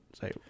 say